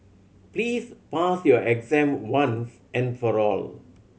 please pass your exam once and for all